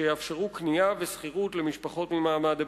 שיאפשרו קנייה ושכירות למשפחות ממעמד הביניים,